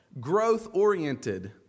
growth-oriented